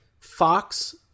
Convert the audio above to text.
Fox